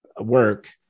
work